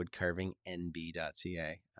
woodcarvingnb.ca